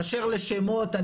באשר לשמות,